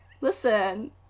listen